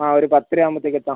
ആ ഒരു പത്തരയാവുമ്പോഴത്തേക്കെത്താം